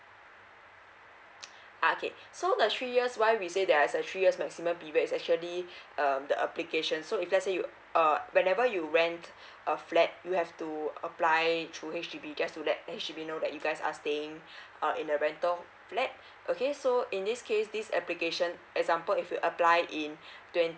uh okay so the three years why we say there is a three years maximum period is actually um the application so if let's say you uh whenever you rent a flat you have to apply through H_D_B just to let H_D_B know that you guys are staying in a rental flat okay so in this case this application example if you apply in twenty